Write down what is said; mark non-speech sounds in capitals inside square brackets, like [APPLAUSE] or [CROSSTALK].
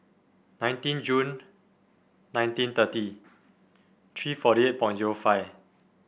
nineteen June nineteen thirty three forty eight [UNINTELLIGIBLE] zero five